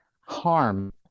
harm